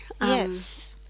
Yes